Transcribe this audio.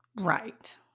right